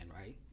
right